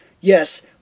Yes